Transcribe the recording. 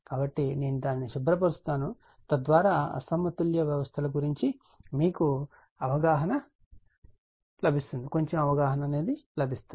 కాబట్టి నేను దానిని శుభ్రపరుస్తాను తద్వారా అసమతుల్య వ్యవస్థల గురించి మీకు కొంచెం అవగాహన లభించింది